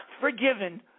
forgiven